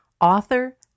author